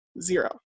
Zero